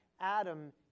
Adam